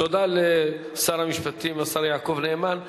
תודה לשר המשפטים, השר יעקב נאמן.